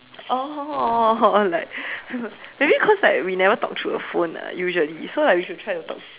oh like maybe cause like we never talk through the phone ah usually so like we should try to talk